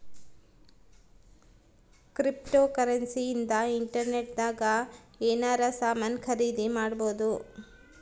cryptocurrency ಇಂದ internet ದಾಗ ಎನಾರ ಸಾಮನ್ ಖರೀದಿ ಮಾಡ್ಬೊದು